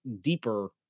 deeper